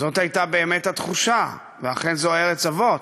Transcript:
זאת הייתה באמת התחושה, ואכן זו ארץ אבות,